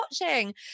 watching